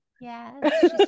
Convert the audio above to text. Yes